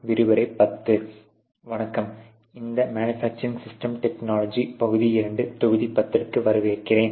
வணக்கம் மற்றும் இந்த மேனுஃபாக்சரிங் சிஸ்டம் டெக்னாலஜிஸ் பகுதி 2 தொகுதி 10 க்கு வரவேற்கிறேன்